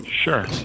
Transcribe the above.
Sure